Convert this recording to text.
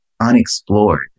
unexplored